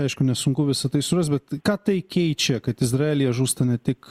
aišku nesunku visa tai surast bet ką tai keičia kad izraelyje žūsta ne tik